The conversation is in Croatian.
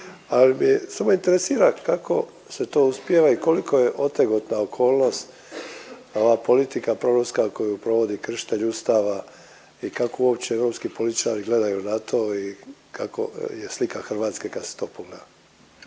ali me samo interesira, kako se to uspijeva i koliko je otegotna okolnost ova politika programska koju provodi kršitelj Ustava i kako uopće europski političari gledaju na to i kako je slika Hrvatske kad